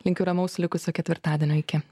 linkiu ramaus likusio ketvirtadienio iki